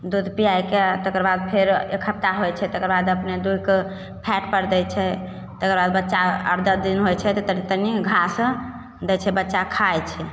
दूध पिआके तकरबाद फेर एक हप्ता होइ छै तकरबाद अपने दुहिके फैटपर दै छै तकरबाद बच्चा आठ दस दिन होइ छै तऽ तनि तनि घास दै छै बच्चा खाइ छै